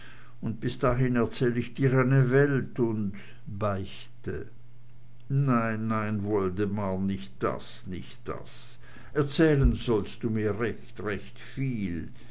und bis dahin erzähl ich dir eine welt und beichte nein nein woldemar nicht das nicht das erzählen sollst du mir recht recht viel